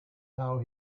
how